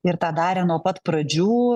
ir tą darė nuo pat pradžių